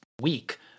week